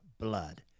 blood